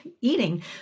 eating